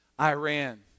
Iran